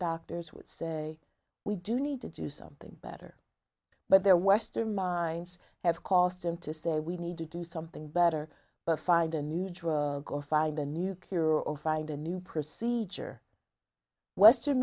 doctors would say we do need to do something better but their western minds have cost him to say we need to do something better but find a new drug or find a new cure or find a new procedure western